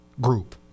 group